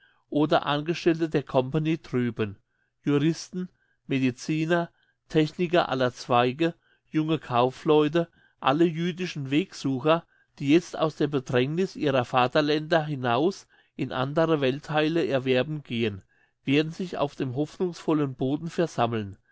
oder angestellte der company drüben juristen mediciner techniker aller zweige junge kaufleute alle jüdischen wegsucher die jetzt aus der bedrängniss ihrer vaterländer hinaus in andere welttheile erwerben gehen werden sich auf dem hoffnungsvollen boden versammeln